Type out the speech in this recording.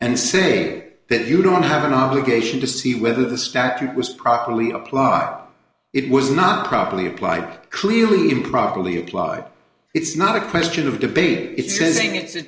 and say that you don't have an obligation to see whether the statute was properly applied it was not properly applied clearly improperly applied it's not a question of debate it's amazing it's